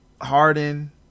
Harden